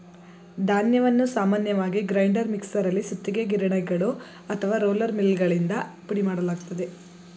ಧಾನ್ಯವನ್ನು ಸಾಮಾನ್ಯವಾಗಿ ಗ್ರೈಂಡರ್ ಮಿಕ್ಸರಲ್ಲಿ ಸುತ್ತಿಗೆ ಗಿರಣಿಗಳು ಅಥವಾ ರೋಲರ್ ಮಿಲ್ಗಳಿಂದ ಪುಡಿಮಾಡಲಾಗ್ತದೆ